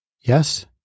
Yes